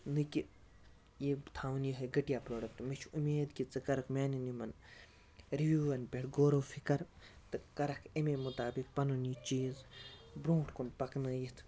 نہَ کہِ یہِ تھاوُن یہَے گٔٹیا پرٛوڈَکٹہٕ مےٚ چھِ اُمیٖد کہِ ژٕ کَرَکھ میٛانیٚن یِمَن رِوِوَن پیٚٹھ غور و فکر تہٕ کَرَکھ اَمےَ مُطابِق پَنُن یہِ چیٖز برٛونٛٹھ کُن پَکنٲوِتھ